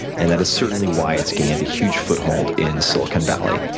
and that is certainly why it's gained a huge foot hold in silicon valley,